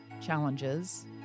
challenges